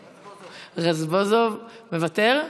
מוותר?